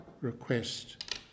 request